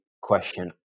question